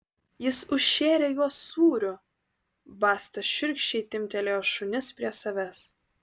jis užšėrė juos sūriu basta šiurkščiai timptelėjo šunis prie savęs